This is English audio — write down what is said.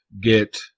get